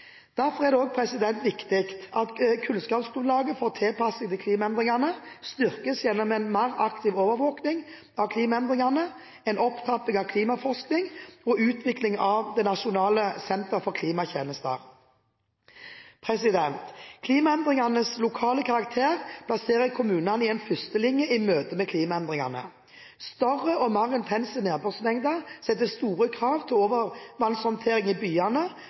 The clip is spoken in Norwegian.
Derfor er det også viktig at kunnskapsgrunnlaget for tilpasning til klimaendringene styrkes gjennom en mer aktiv overvåking av klimaendringene, en opptrapping av klimaforskningen og utvikling av det nasjonale senteret for klimatjenester. Klimaendringenes lokale karakter plasserer kommunene i en førstelinje i møte med klimaendringene. Større og mer intense nedbørsmengder setter store krav til overvannshåndtering i byene